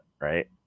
right